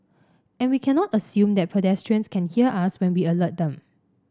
and we cannot assume that pedestrians can hear us when we alert them